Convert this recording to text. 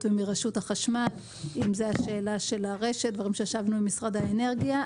ומרשות החשמל; אם זה השאלה של הרשת; דברים שישבנו עם משרד האנרגיה.